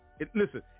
Listen